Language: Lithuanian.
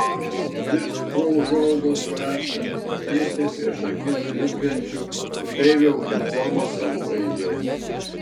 dirst pro užuolaidos kraštą tiesiai prieš akis blizgančių upeivio uniformos sagų eilė